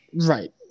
Right